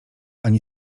ani